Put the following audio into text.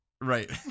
Right